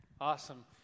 Awesome